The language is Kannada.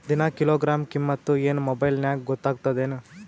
ದಿನಾ ಕಿಲೋಗ್ರಾಂ ಕಿಮ್ಮತ್ ಏನ್ ಮೊಬೈಲ್ ನ್ಯಾಗ ಗೊತ್ತಾಗತ್ತದೇನು?